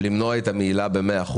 למנוע את המהילה ב-100%,